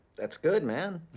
that's good, man.